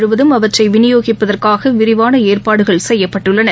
முழுவதும் அவற்றைவினியோகிப்பதற்கானவிரிவானஏற்பாடுகள் செய்யப்பட்டுள்ளன